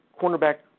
cornerback